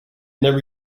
never